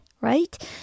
right